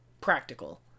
practical